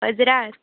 हजरार